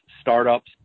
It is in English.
startups